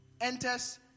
Enters